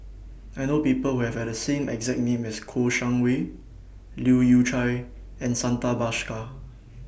I know People Who Have The same exact name as Kouo Shang Wei Leu Yew Chye and Santha Bhaskar